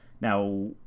Now